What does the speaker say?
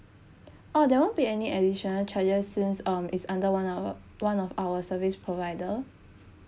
oh there won't be any additional charges since um it's under one our one of our service provider